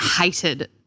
hated